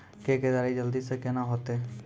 के केताड़ी जल्दी से के ना होते?